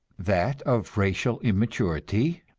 that of racial immaturity,